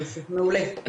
יופי, מעולה.